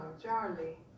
Charlie